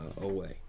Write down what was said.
away